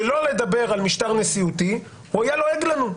שלא לדבר על משטר נשיאותי, הוא היה לועג לנו.